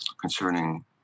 concerning